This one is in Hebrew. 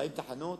40 תחנות,